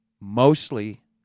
mostly